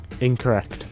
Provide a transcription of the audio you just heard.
Incorrect